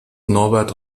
norbert